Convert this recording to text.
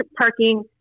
parking